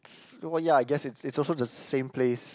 s~ so ya I guess it's it's also the same place